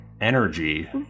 energy